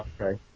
Okay